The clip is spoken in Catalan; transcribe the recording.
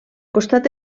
costat